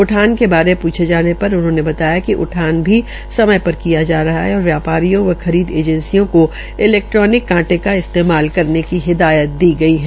उठान में पूछे जाने पर उन्होंने बताया कि उठान भी समय पर किया जा रहा है और व्यापारियों व खरीद एजेंसियों का इलैक्ट्रोनिक कांटे का इस्तेमाल करने की हिदायत दी गई है